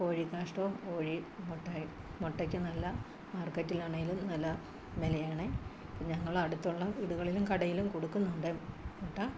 കോഴി കാഷ്ടവും കോഴി മുട്ടയും മുട്ടക്ക് നല്ല മാർക്കറ്റിലാണെങ്കിലും നല്ല വിലയാണെ ഞങ്ങൾ അടുത്തുള്ള വീടുകളിലും കടയിലും കൊടുക്കുന്നുണ്ട് മുട്ട